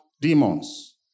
demons